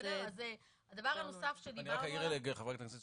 הדבר הנוסף שאני -- חברת הכנסת שפק,